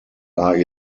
are